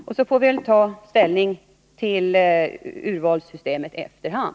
Sedan så får vi väl ta ställning till urvalssystemet efter hand.